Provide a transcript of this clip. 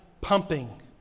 pumping